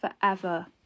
forever